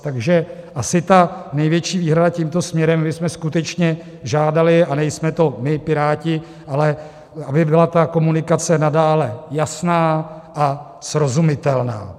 Takže asi ta největší výhrada tímto směrem, my jsme skutečně žádali, a nejsme to my, Piráti, ale aby byla ta komunikace nadále jasná a srozumitelná.